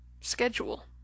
schedule